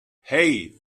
hei